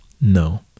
No